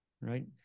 right